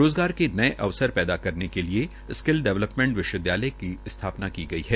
रोजगार के नए अवसर पैदा करने के लिए स्किल डैवलैपमेंट विश्वविदयालय की स्थापना की गई है